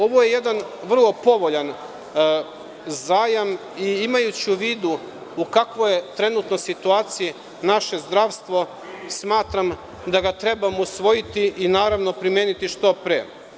Ovo je jedan vrlo povoljan zajam i imajući u vidu u kakvoj situaciji je trenutno naše zdravstvo, smatram da ga trebamo usvojiti i naravno primeniti što pre.